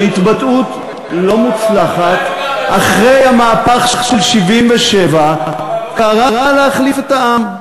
בהתבטאות לא מוצלחת אחרי המהפך של 1977 קרא להחליף את העם,